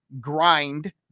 grind